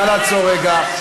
נא לעצור רגע.